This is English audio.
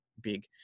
big